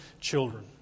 children